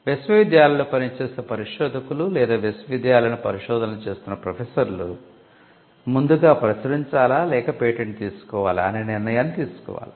విశ్వవిద్యాలయాలలో పనిచేసే పరిశోధకులు లేదా విశ్వవిద్యాలయంలో పరిశోధనలు చేస్తున్న ప్రొఫెసర్లు ముందుగా 'ప్రచురించాలా లేక పేటెంట్' తీసుకోవాలా అనే నిర్ణయాన్ని తీసుకోవాలి